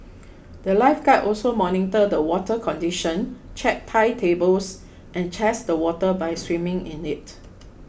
the lifeguards also monitor the water condition check tide tables and test the water by swimming in it